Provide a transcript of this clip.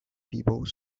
people